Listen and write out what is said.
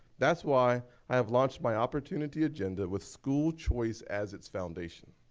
that's why i have launched my opportunity agenda with school choice as its foundation.